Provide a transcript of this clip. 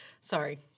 Sorry